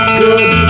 good